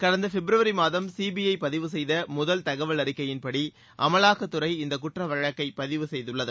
கடந்த பிப்ரவரி மாதம் சிபிஐ பதிவு செய்த முதல் தகவல் அறிக்கையின் படி அமலாக்கத்துறை இந்த குற்ற வழக்கை பதிவு செய்துள்ளது